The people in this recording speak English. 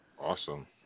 Awesome